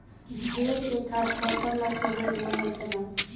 भेड़ के खाद फसल ला खुबे निमन होखेला